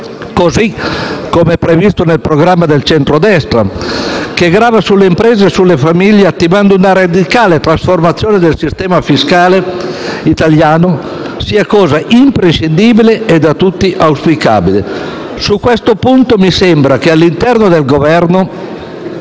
(così come previsto nel programma del centrodestra), attivando una radicale trasformazione del sistema fiscale italiano, sia cosa imprescindibile e da tutti auspicabile. Su questo punto mi sembra che all'interno del Governo